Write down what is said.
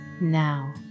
Now